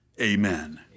amen